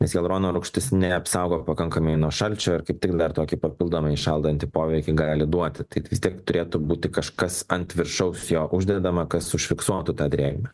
nes hialurono rūgštis neapsaugo pakankamai nuo šalčio ar kaip tik dar tokį papildomai šaldantį poveikį gali duoti tai vis tiek turėtų būti kažkas ant viršaus jo uždedama kas užfiksuotų tą drėgmę